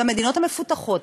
במדינות המפותחות,